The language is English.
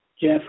Jeff